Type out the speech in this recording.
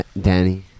Danny